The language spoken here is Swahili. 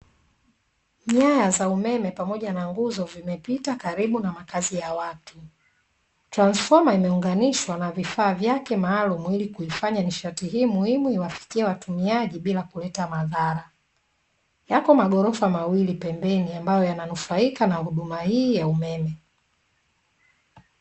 Nyaya za umeme pamoja na nguzo vimepita karibu na makazi ya watu. Transfoma imeunganishwa na vifaa vyake maalumu ili kuifanya nishati hii muhimu iwafikie watumiaji bila kuleta madhara. Yapo maghorofa mawili pembeni ambayo yananufaika na huduma hii ya umeme.